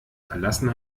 verlassen